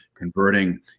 converting